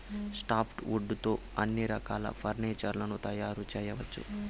soft wood తో అన్ని రకాల ఫర్నీచర్ లను తయారు చేయవచ్చు